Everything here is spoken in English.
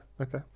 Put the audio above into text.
okay